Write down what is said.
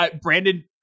Brandon